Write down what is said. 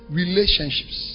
relationships